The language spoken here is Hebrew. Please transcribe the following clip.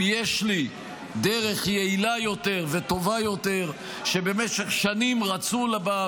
אם יש לי דרך יעילה יותר וטובה יותר שבמשך שנים רצו בה,